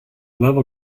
level